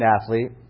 athlete